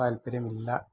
താല്പര്യമില്ല